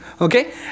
okay